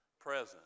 present